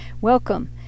Welcome